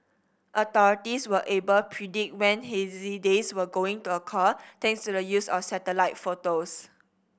authorities were able predict when hazy days were going to occur thanks to the use of satellite photos